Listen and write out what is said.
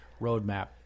roadmap